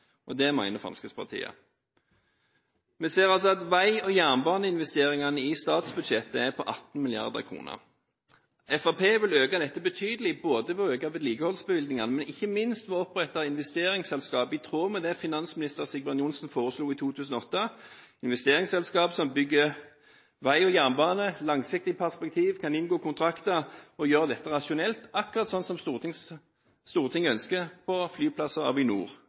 Det mener Fremskrittspartiet. Vi ser at vei- og jernbaneinvesteringene i statsbudsjettet er på 18 mrd. kr. Fremskrittspartiet vil øke dette betydelig, både ved å øke vedlikeholdsbevilgningene og ikke minst ved å opprette et investeringsselskap – i tråd med det finansminister Sigbjørn Johnsen foreslo i 2008 – som bygger vei og jernbane, og i langsiktig perspektiv kan inngå kontrakter og gjøre dette rasjonelt, akkurat slik som Stortinget ønsker med Avinor og